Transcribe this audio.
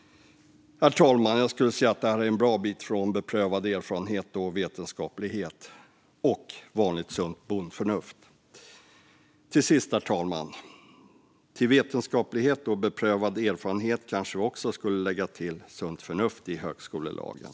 Herr talman! Jag skulle säga att detta är en bra bit ifrån beprövad erfarenhet och vetenskaplighet - och vanligt sunt bondförnuft. Till sist, herr talman: Vid sidan av vetenskaplighet och beprövad erfarenhet kanske vi också skulle lägga till sunt förnuft i högskolelagen.